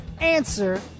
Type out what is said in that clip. Answer